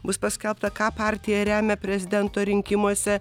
bus paskelbta ką partija remia prezidento rinkimuose